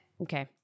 Okay